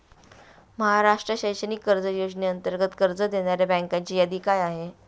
महाराष्ट्र शैक्षणिक कर्ज योजनेअंतर्गत कर्ज देणाऱ्या बँकांची यादी काय आहे?